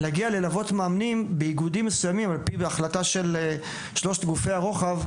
להגיע ללוות מאמנים באיגודים מסויימים בהחלטה של שלושת גופי הרוחב,